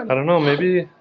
i don't know maybe.